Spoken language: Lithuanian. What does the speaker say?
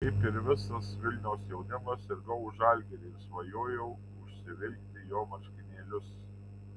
kaip ir visas vilniaus jaunimas sirgau už žalgirį ir svajojau užsivilkti jo marškinėlius